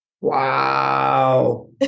wow